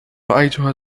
رأيتها